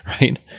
right